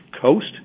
COAST